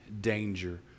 danger